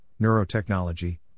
neurotechnology